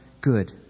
good